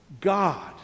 God